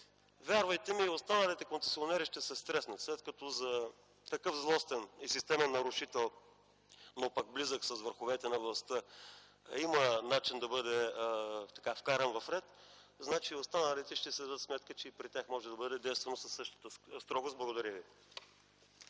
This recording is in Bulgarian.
вярвайте ми, и останалите концесионери ще се стреснат – след като такъв злостен и системен нарушител, но пък близък с върховете на властта, има начин да бъде вкаран в ред, значи останалите ще знаят, че и при тях може да бъде действано със същата строгост. Благодаря.